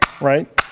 right